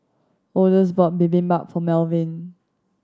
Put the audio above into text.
Odus bought Bibimbap for Malvin